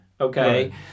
okay